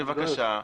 בבקשה,